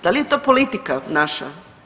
Da li je to politika naša?